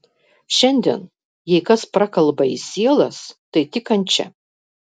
šiandien jei kas prakalba į sielas tai tik kančia